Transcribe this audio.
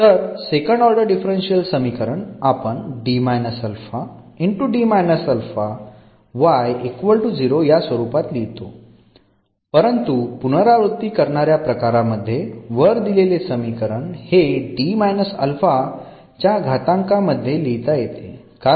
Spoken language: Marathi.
तर सेकंड ऑर्डर डिफरन्शियल समीकरण आपण या स्वरूपात लिहितो परंतु पुनरावृत्ती करणाऱ्या प्रकारामध्ये वर दिलेले समीकरण हे च्या घातांका मध्ये लिहिता येते कारण